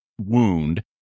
wound